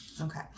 okay